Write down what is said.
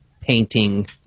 painting